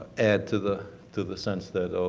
add to the to the sense that